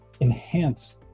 enhance